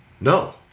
No